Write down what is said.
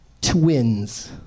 twins